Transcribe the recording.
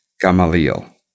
Gamaliel